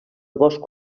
bosc